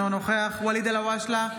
אינו נוכח ואליד אלהואשלה,